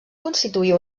constituir